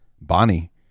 bonnie